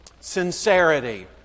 sincerity